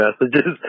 messages